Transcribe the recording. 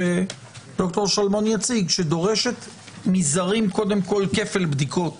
שדורשת מזרים כפל בדיקות